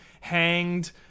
hanged